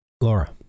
laura